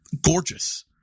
gorgeous